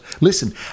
listen